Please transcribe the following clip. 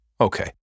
Okay